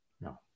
No